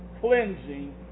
cleansing